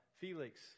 Felix